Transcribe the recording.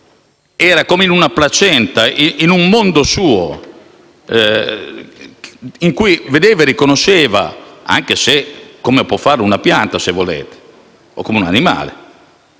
come in una placenta, in un mondo suo in cui vedeva e riconosceva, anche se come una pianta, se volete, o un animale.